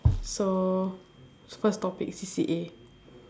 so first topic C_C_A